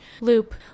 loop